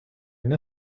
une